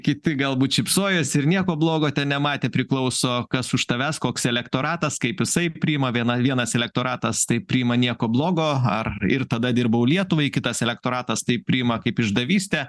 kiti galbūt šypsojosi ir nieko blogo nematė priklauso kas už tavęs koks elektoratas kaip jisai priima viena vienas elektoratas tai priima nieko blogo ar ir tada dirbau lietuvai kitas elektoratas tai priima kaip išdavystę